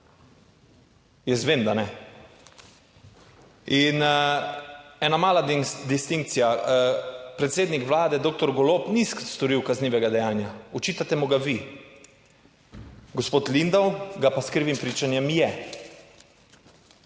Jaz vem, da ne in ena mala distinkcija, predsednik Vlade, doktor Golob, ni storil kaznivega dejanja, očitate mu ga vi, gospod Lindav ga pa s krivim pričanjem je.